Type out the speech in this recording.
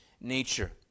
nature